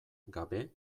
gabe